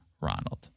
Ronald